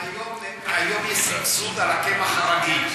היום יש סבסוד של הקמח הרגיל.